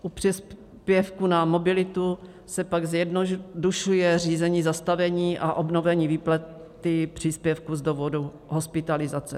U příspěvku na mobilitu se pak zjednodušuje řízení zastavení a obnovení výplaty příspěvku z důvodu hospitalizace.